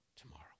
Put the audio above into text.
tomorrow